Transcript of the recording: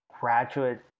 graduate